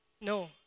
No